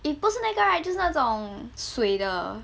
if 不是那个 right 就是那种水的